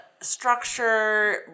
structure